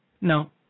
No